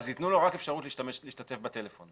אז ייתנו לו רק אפשרות להשתתף בטלפון.